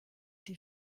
die